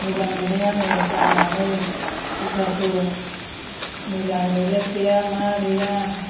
मोजां मोनदों आङो गाननानै सुवेटारखौ मोजां रलेस गैया मा गैया